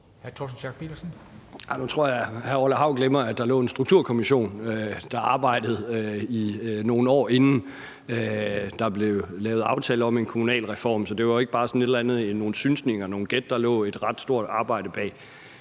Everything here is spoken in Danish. hr. Orla Hav glemmer, at der var en strukturkommission, der arbejdede i nogle år, inden der blev lavet aftale om en kommunalreform. Så det var jo ikke bare sådan et eller andet med nogle synsninger og nogle gæt; der lå et ret stort arbejde bag.